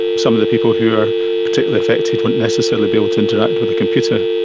some of the people who are particularly affected wouldn't necessarily be able to interact with a computer.